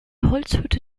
holzhütte